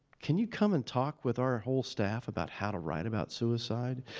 can you come and talk with our whole staff about how to write about suicide?